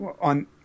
on